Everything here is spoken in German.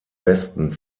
westen